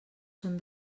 són